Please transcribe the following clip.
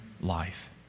life